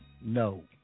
No